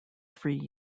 three